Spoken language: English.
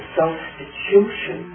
substitution